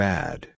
Bad